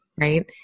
Right